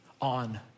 on